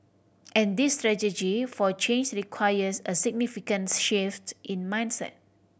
and this strategy for changes requires a significants shift in mindset